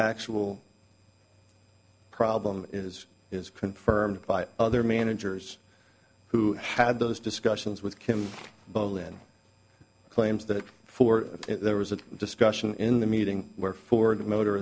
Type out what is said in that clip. actual problem is is confirmed by other managers who had those discussions with kim bolin claims that for there was a discussion in the meeting where ford motor